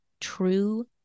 true